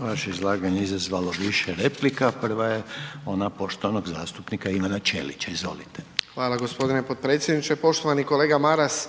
Vaše izlaganje je izazvalo više replika, prva je ona poštovanog zastupnika Ivana Ćelića. Izvolite. **Ćelić, Ivan (HDZ)** Hvala gospodine potpredsjedniče. Poštovani kolega Maras,